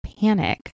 panic